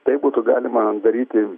tai būtų galima daryti